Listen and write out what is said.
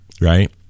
right